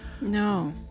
No